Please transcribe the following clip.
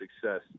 success